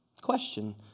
Question